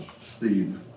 Steve